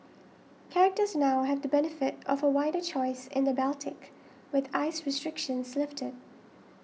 charterers now have the benefit of a wider choice in the Baltic with ice restrictions lifted